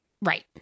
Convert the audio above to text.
Right